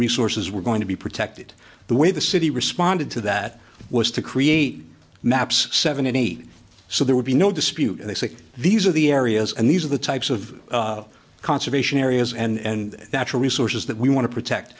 resources were going to be protected the way the city responded to that was to create maps seven and eight so there would be no dispute and they say these are the areas and these are the types of conservation areas and natural resources that we want to protect